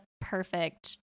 perfect